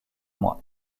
moi